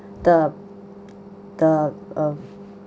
the the uh